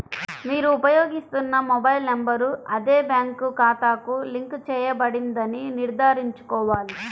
మీరు ఉపయోగిస్తున్న mobile number అదే బ్యాంక్ ఖాతాకు లింక్ చేయబడిందని నిర్ధారించుకోవాలి